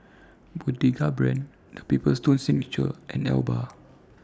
Pagoda Brand The Paper Stone Signature and Alba